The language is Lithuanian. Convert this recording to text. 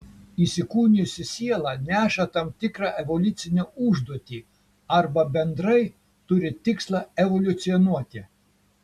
įsikūnijusi siela neša tam tikrą evoliucinę užduotį arba bendrai turi tikslą evoliucionuoti